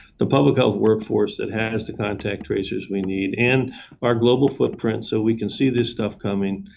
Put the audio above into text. the public health workforce that has the contact tracers we need, and our global footprint so we can see this stuff coming,